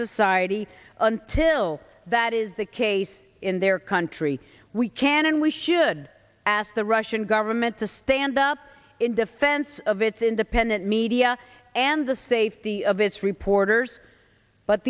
society until that is the case in their country we can and we should ask the russian government to stand up in defense of its independent media and the safety of its reporters but